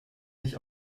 nicht